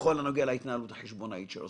בכל הנוגע להתנהלות החשבונאית שלו.